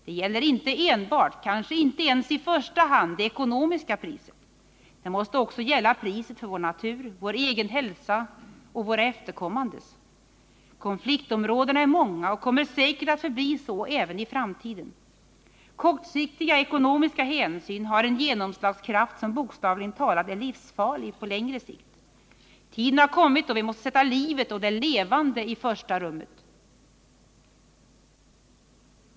Det gäller inte enbart, kanske inte ens i första hand, det ekonomiska priset. Det måste också gälla priset för vår natur, vår egen hälsa och våra efterkommandes. Konfliktområdena är många och kommer säkert att förbli så även i framtiden. Kortsiktiga ekonomiska hänsyn har en genomslagskraft som bokstavligen talat är livsfarlig på längre sikt. Tiden har kommit då vi måste sätta livet och det levande i första rummet.